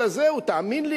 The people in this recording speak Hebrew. תאמין לי,